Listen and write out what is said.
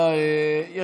תודה רבה.